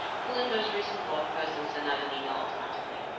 pull in those recent blog posts and send out an email automatically